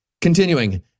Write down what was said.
continuing